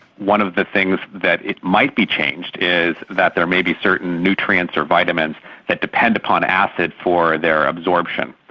one of the things that it might be changed is that there may be certain nutrients or vitamins that depend upon acid for their absorption.